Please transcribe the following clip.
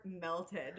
melted